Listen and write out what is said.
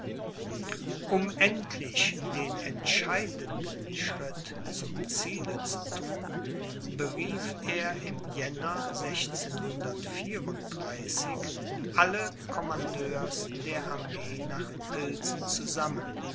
um endlich den entscheidenden schritt zum ziele zu thun berief er im ja alle commandeurs der armee nach pilsen zusammen